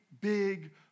big